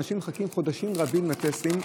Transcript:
אנשים מחכים חודשים רבים לטסטים.